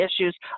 issues